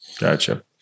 Gotcha